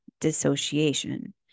dissociation